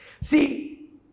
See